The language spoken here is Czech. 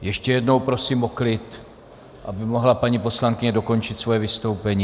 Ještě jednou prosím o klid, aby mohla paní poslankyně dokončit svoje vystoupení.